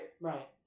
Right